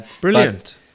brilliant